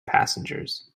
passengers